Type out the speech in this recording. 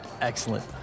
Excellent